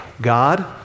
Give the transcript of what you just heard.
God